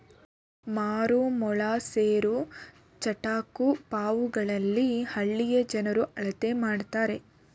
ಮಾರು, ಮೊಳ, ಸೇರು, ಚಟಾಕು ಪಾವುಗಳಲ್ಲಿ ಹಳ್ಳಿಯ ಜನರು ಅಳತೆ ಮಾಡ್ತರೆ